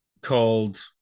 called